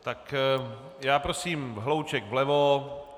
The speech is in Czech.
Tak já prosím hlouček vlevo...